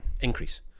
Increase